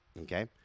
Okay